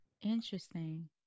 interesting